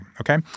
okay